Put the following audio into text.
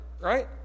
right